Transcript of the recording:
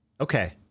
Okay